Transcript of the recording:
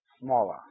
smaller